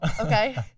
Okay